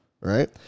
Right